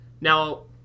Now